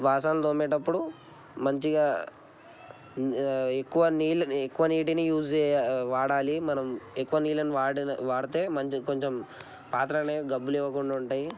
బాసనలు తోమేటప్పుడు మంచిగా ఎక్కువ నీళ్ళు ఎక్కువ నీటిని యూస్ చేయా వాడాలి మనం ఎక్కువ నీళ్ళను వాడి వాడితే మంచిగా కొంచెం పాత్రలు అనేవి గబ్బు లేవకుండా ఉంటాయి